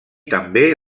també